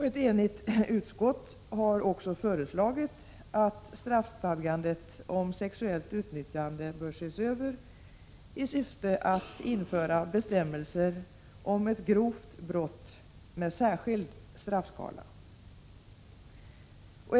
Ett enigt utskott har också föreslagit att straffstadgandet om sexuellt utnyttjande bör ses över i syfte att införa bestämmelser om ett grovt brott med särskild straffskala.